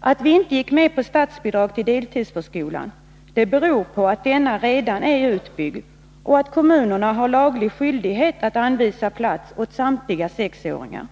Att vi inte gick med på statsbidrag till deltidsförskolan berodde på att denna redan är utbyggd och att kommunerna har laglig skyldighet att anvisa plats åt samtliga sexåringar.